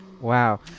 wow